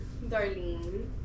Darlene